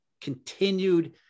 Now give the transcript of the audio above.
continued